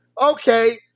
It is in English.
Okay